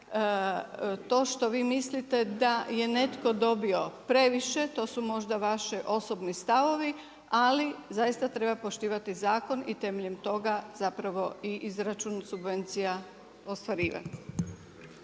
to što vi mislite da je netko dobio previše, to su možda vaši osobni stavovi, ali zaista treba poštivati zakon i temeljem toga zapravo i izračun od subvencija ostvarivati.